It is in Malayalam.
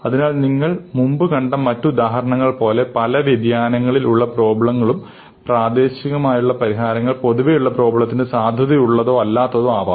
അതിനാൽ നിങ്ങൾ മുമ്പ് കണ്ട മറ്റ് ഉദാഹരണങ്ങൾ പോലെ പല വ്യതിയാനങ്ങളിൽ ഉള്ള പ്രോബ്ലങ്ങളിലും പ്രാദേശികമായുള്ള പരിഹാരങ്ങൾ പൊതുവെയുള്ള പ്രോബ്ളത്തിനു സാധുതയുള്ളതോ അല്ലാത്തതോ ആകാം